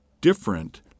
different